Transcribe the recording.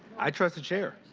i trust the chair.